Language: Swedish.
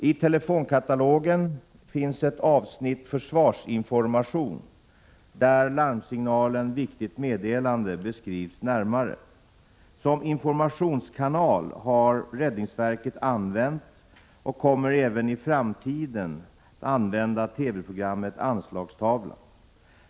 I telefonkatalogen finns ett avsnitt ”försvarsinformation” där larmsignalen ”Viktigt meddelande” beskrivs närmare. Som informationskanal har räddningsverket använt och kommer även i framtiden att använda TV-programmet ”Anslagstavlan”.